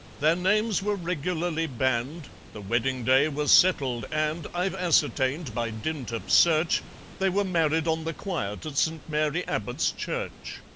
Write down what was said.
their names were regularly banned, the wedding day was settled, and i've ascertained by dint of search they were married on the quiet at st. mary abbot's church.